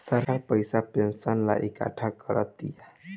सरकार पइसा पेंशन ला इकट्ठा करा तिया